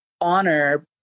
honor